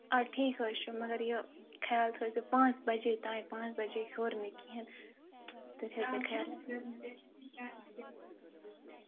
آ ٹھیٖک حظ چھُ مَگر یہِ خَیال تھٲیِزٮ۪و پانٛژھ بَجے تانۍ پانٛژھ بَجے ہِیوٚر نہٕ کِہیٖنۍ تَتھ تھٲیِزٮ۪و خَیال